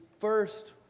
first